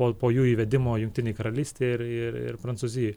o po jų įvedimo jungtinėj karalystėj ir prancūzijoj